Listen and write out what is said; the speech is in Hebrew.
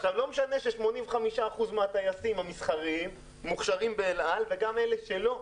לא משנה ש-85 אחוזים מהטייסים המסחריים מוכשרים באל על וגם אלה שלא,